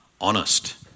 honest